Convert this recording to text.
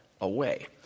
away